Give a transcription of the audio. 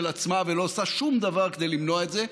עצמה ולא עושה שום דבר כדי למנוע את זה.